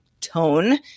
tone